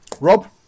Rob